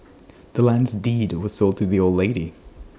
the land's deed was sold to the old lady